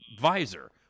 visor